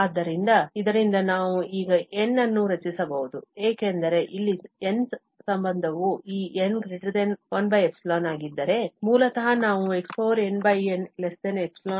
ಆದ್ದರಿಂದ ಇದರಿಂದ ನಾವು ಈಗ N ಅನ್ನು ರಚಿಸಬಹುದು ಏಕೆಂದರೆ ಇಲ್ಲಿ ಸಂಬಂಧವು ಈ n 1 ಆಗಿದ್ದರೆ ಮೂಲತಃ ನಾವು xnnϵ